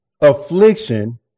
affliction